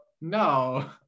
No